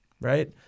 right